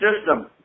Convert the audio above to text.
system